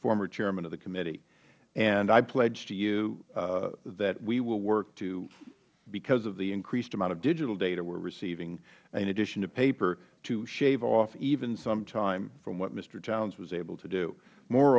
former chairman of the committee and i pledge to you that we will work toh because of the increased amount of digital data we are receiving in addition to paper to shave off even some time from what mr htowns was able to do more